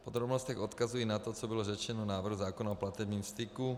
V podrobnostech odkazuji na to, co bylo řečeno v návrhu zákona o platebním styku.